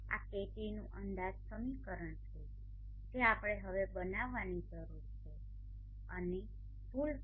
આ KTનુ અંદાજ સમીકરણ છે જે આપણે હવે બનાવાની જરૂર છે અને ભૂલ પણ